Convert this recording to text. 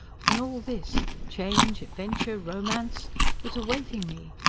when all this change, adventure, romance was awaiting me?